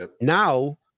Now